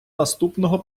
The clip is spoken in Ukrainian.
наступного